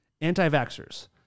Anti-vaxxers